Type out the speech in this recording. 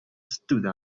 stood